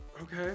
Okay